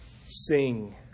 sing